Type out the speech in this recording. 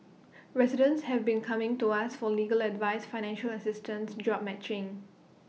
residents have been coming to us for legal advice financial assistance job matching